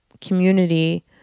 community